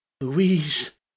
Louise